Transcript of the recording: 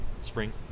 spring